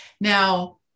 Now